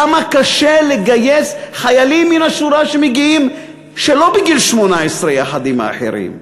כמה קשה לגייס חיילים מן השורה שלא מגיעים בגיל 18 יחד עם האחרים.